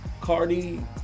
Cardi